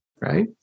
right